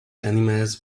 animals